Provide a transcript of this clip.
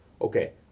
okay